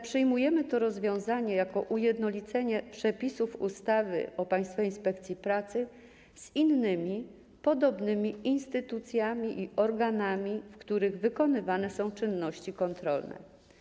Przyjmujemy zatem to rozwiązanie jako ujednolicenie przepisów ustawy o Państwowej Inspekcji Pracy z innymi podobnymi instytucjami i organami, w których wykonywane są czynności kontrolne.